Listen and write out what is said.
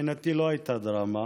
מבחינתי לא הייתה דרמה,